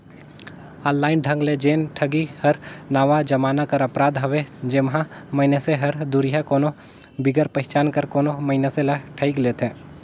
online ढंग ले जेन ठगी हर नावा जमाना कर अपराध हवे जेम्हां मइनसे हर दुरिहां कोनो बिगर पहिचान कर कोनो मइनसे ल ठइग लेथे